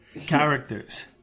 characters